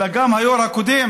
אלא גם לגבי היו"ר הקודם,